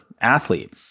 athlete